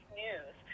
news